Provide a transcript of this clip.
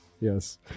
Yes